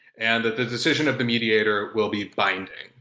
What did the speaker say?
and that the decision of the mediator will be binding.